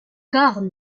corne